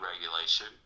regulation